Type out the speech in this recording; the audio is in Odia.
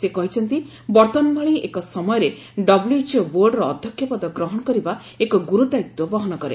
ସେ କହିଛନ୍ତି ବର୍ତ୍ତମାନ ଭଳି ଏକ ସମୟରେ ଡବ୍ଲୁଏଚ୍ଓ ବୋର୍ଡର ଅଧ୍ୟକ୍ଷ ପଦ ଗ୍ରହଣ କରିବା ଏକ ଗୁରୁ ଦାୟିତ୍ୱ ବହନ କରେ